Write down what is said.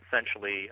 essentially